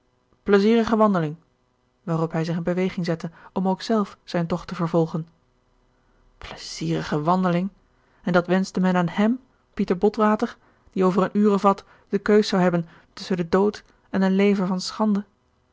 pleizierige wandeling waarop hij zich in beweging zette om ook zelf zijn tocht te vervolgen pleizierige wandeling en dat wenschte men aan hem pieter botwater die over een uur of wat de keus zou hebben tusschen den dood en een leven van schande